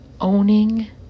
owning